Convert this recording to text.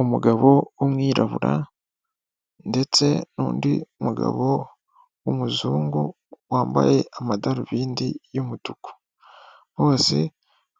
Umugabo w'umwirabura, ndetse n'undi mugabo w'umuzungu wambaye amadarubindi y'umutuku. Bose